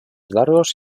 largos